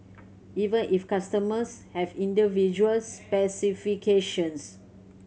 even if customers have individual specifications